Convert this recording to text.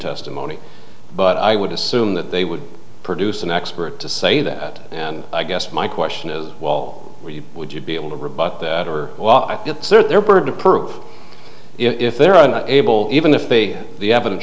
testimony but i would assume that they would produce an expert to say that and i guess my question as well would you be able to rebut that or search their burden of proof if there are not able even if they the evidence